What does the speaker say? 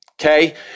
Okay